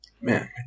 Man